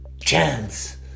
chance